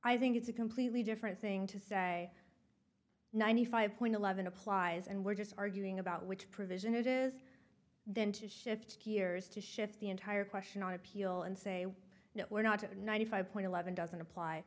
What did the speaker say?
i think it's a completely different thing to say ninety five point eleven applies and we're just arguing about which provision it is then to shift gears to shift the entire question on appeal and say no we're not ninety five point eleven doesn't apply